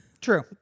True